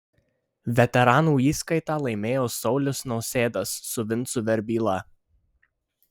veteranų įskaitą laimėjo saulius nausėdas su vincu verbyla